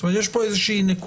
זאת אומרת, יש פה איזושהי נקודה.